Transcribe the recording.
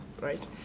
right